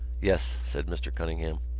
yes, said mr. cunningham.